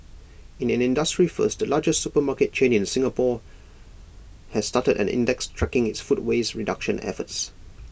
in an industry first the largest supermarket chain in Singapore has started an index tracking its food waste reduction efforts